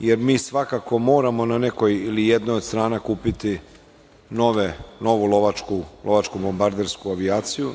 jer mi svakako moramo na nekoj ili na jednoj od strana kupiti novu lovačku bombardersku avijaciju